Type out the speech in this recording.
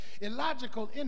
illogical